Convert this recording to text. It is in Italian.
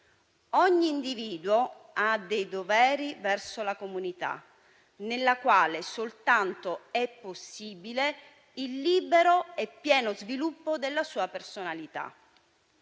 «Ogni individuo ha dei doveri verso la comunità, nella quale soltanto è possibile il libero e pieno sviluppo della sua personalità».